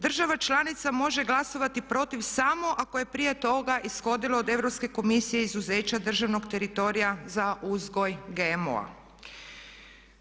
Država članica može glasovati protiv samo ako je prije toga ishodila od Europske komisije izuzeće državnog teritorija za uzgoj GMO-a.